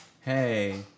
hey